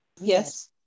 yes